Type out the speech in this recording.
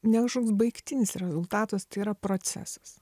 ne kažkoks baigtinis rezultatas tai yra procesas